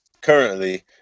currently